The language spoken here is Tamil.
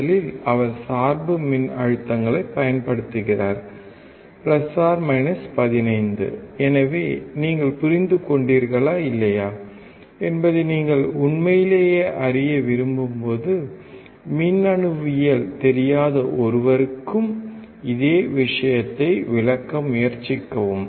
முதலில் அவர் சார்பு மின்னழுத்தங்களைப் பயன்படுத்துகிறார் 15 எனவே நீங்கள் புரிந்து கொண்டீர்களா இல்லையா என்பதை நீங்கள் உண்மையிலேயே அறிய விரும்பும்போது மின்னணுவியல் தெரியாத ஒருவருக்கும் இதே விஷயத்தை விளக்க முயற்சிக்கவும்